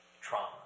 trauma